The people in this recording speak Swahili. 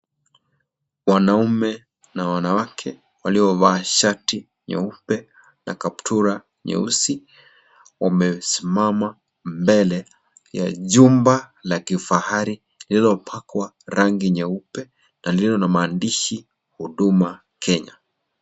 Wanaume na wanawake waliovaa shati nyeupe na kaptura nyeusi wamesimama mbele ya jumba la kifahari lililopakwa rangi nyeupe na lililo na maandishi huduma Kenya.